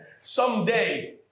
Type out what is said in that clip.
Someday